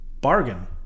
Bargain